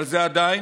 אבל זה עדיין